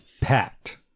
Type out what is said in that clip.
packed